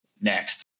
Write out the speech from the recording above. next